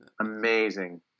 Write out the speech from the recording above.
amazing